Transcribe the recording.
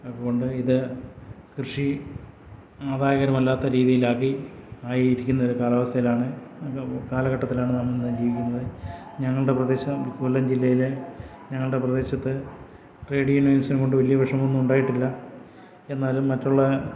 അതുകൊണ്ട് ഇത് കൃഷി ആദായകരമല്ലാത്ത രീതിയിലാക്കി ആയിരിക്കിന്നൊരു കാലാവസ്ഥയിലാണ് കാലഘട്ടത്തിലാണ് നമ്മളിന്ന് ജീവിക്കുന്നത് ഞങ്ങളുടെ പ്രദേശം കൊല്ലം ജില്ലയിലെ ഞങ്ങളുടെ പ്രദേശത്ത് ട്രേഡിയനിസം കൊണ്ട് വലിയ വിഷയൊന്നും ഉണ്ടായിട്ടില്ല എന്നാലും മറ്റുള്ള